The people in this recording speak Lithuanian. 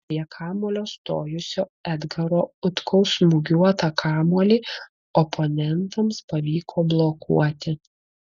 prie kamuolio stojusio edgaro utkaus smūgiuotą kamuolį oponentams pavyko blokuoti